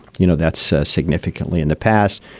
you know, that's significantly in the past.